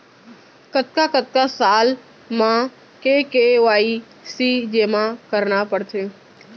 कतका कतका साल म के के.वाई.सी जेमा करना पड़थे?